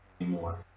anymore